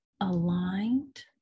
aligned